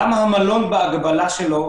למה מלון בהקבלה שלו,